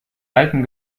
alten